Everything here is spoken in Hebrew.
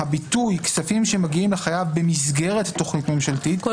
הביטוי "כספים שמגיעים לחייב במסגרת תכנית ממשלתית" זה